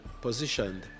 positioned